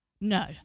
No